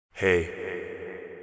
Hey